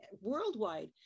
worldwide